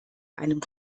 einem